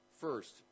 first